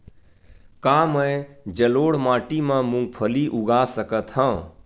का मैं जलोढ़ माटी म मूंगफली उगा सकत हंव?